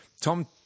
Tom